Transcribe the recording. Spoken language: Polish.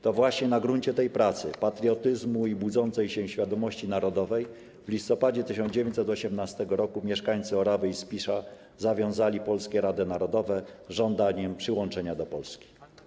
To właśnie na gruncie tej pracy, patriotyzmu i budzącej się świadomości narodowej w listopadzie 1918 r. mieszkańcy Orawy i Spisza zawiązali polskie rady narodowe z żądaniem przyłączenia tych terenów do Polski.